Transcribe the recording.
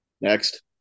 Next